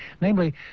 namely